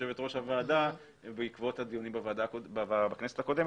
יושבת ראש הוועדה ובעקבות הדיונים בכנסת הקודמת.